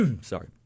sorry